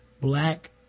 black